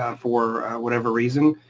ah for whatever reason,